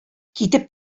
китеп